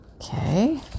Okay